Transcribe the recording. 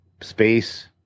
space